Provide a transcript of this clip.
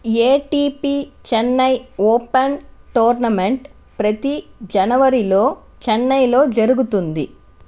ATP Chennai open tournament ప్రతి జనవరిలో చెన్నైలో జరుగుతుంది